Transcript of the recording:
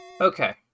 Okay